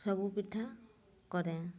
ସବୁ ପିଠା କରେ